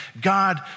God